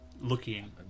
Looking